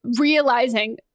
realizing